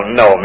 no